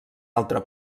altre